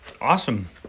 Awesome